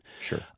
Sure